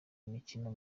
imikino